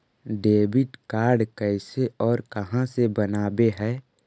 Debit card कैसे और कहां से बनाबे है?